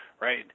right